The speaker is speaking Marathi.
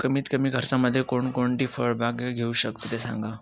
कमीत कमी खर्चामध्ये कोणकोणती फळबाग घेऊ शकतो ते सांगा